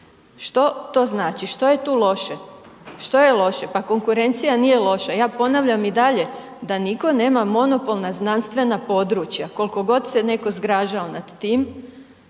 Što to znači? Što je tu loše, što je loše? Pa konkurencija nije loša. Ja ponavljam i dalje da nitko nema monopol na znanstvena područja koliko god se netko zgražao nad tim,